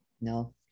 no